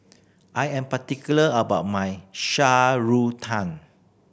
I am particular about my shan tang